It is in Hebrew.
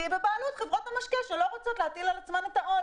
כי היא בבעלות חברות המשקה שלא רוצות להטיל על עצמן את העול,